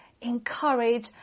encourage